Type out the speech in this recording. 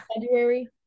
February